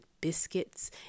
biscuits